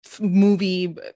movie